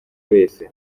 wese